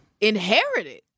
inherited